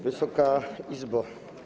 Wysoka Izbo!